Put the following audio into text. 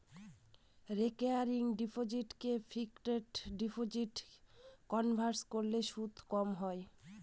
recurring ডিপোসিটকে fixed ডিপোজিটে convert করলে সুদ কম হয়